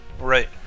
right